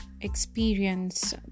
experience